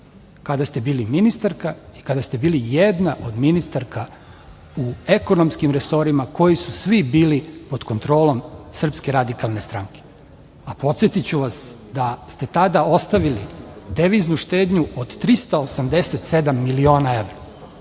kada ste bili ministarka i kada ste bili jedna od ministarki u ekonomskim resorima koji su svi bili pod kontrolom Srpske radikalne stranke. Podsetiću vas da ste tada ostavili deviznu štednju od 387 miliona evra,